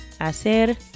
hacer